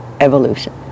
evolution